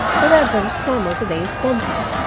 the reverend samuel thaddeus benton.